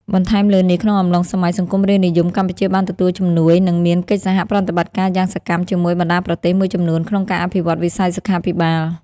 បន្ថែមលើនេះ ក្នុងអំឡុងសម័យសង្គមរាស្រ្តនិយម កម្ពុជាបានទទួលជំនួយ និងមានកិច្ចសហប្រតិបត្តិការយ៉ាងសកម្មជាមួយបណ្តាប្រទេសមួយចំនួន ក្នុងការអភិវឌ្ឍវិស័យសុខាភិបាល។